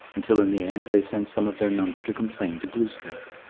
until in the end they sent some of their number to complain to glooskap.